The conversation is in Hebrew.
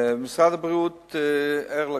משרד הבריאות ער לכך,